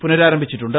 പുനരാരംഭിച്ചിട്ടുണ്ട്